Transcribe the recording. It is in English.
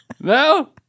No